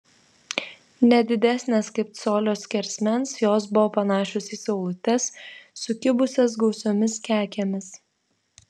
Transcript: ne didesnės kaip colio skersmens jos buvo panašios į saulutes sukibusias gausiomis kekėmis